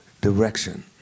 direction